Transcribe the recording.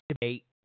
debate